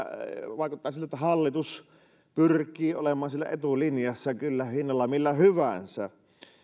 vaikuttaa siltä että hallitus pyrkii olemaan siellä etulinjassa kyllä hinnalla millä hyvänsä